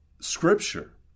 Scripture